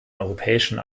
europäischen